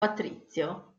patrizio